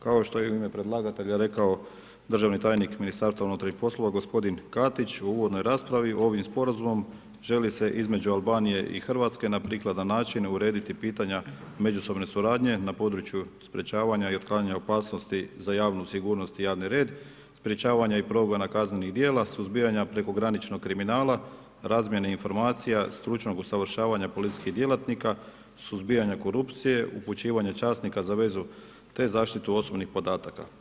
Kao što je i u ime predlagatelja rekao državni tajnik Ministarstva unutarnjih poslova gospodin Katić u uvodnoj raspravi ovim sporazumom želi se između Albanije i Hrvatske na prikladan način urediti pitanja međusobne suradnje na području sprečavanja i otklanjanja opasnosti za javnu sigurnost i javni red, sprečavanja i progona kaznenih djela, suzbijanja prekograničnog kriminala, razmjene informacija, stručnog usavršavanja policijskih djelatnika, suzbijanja korupcije, upućivanja časnika za vezu te zaštitu osobnih podataka.